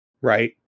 right